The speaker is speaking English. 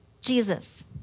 Jesus